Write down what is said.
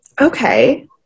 Okay